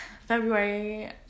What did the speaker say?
February